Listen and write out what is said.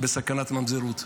בסכנת ממזרות.